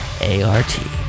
A-R-T